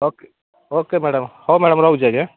ଓ କେ okay madam ହେଉ madam ରହୁଛି ଆଜ୍ଞା